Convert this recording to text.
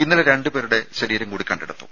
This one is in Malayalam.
ഇന്നലെ രണ്ടു പേരുടെ ശരീരംകൂടി കണ്ടെടുത്തു